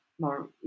more